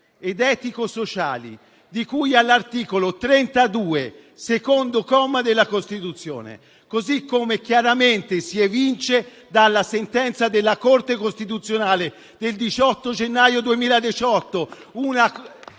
ed etico-sociali, di cui all'articolo 32, secondo comma, della Costituzione, così come chiaramente si evince dalla sentenza della Corte Costituzionale n. 5 del 18 gennaio 2018.